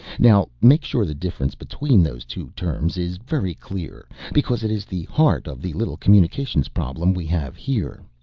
now make sure the difference between those two terms is very clear, because it is the heart of the little communications problem we have here.